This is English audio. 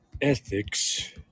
ethics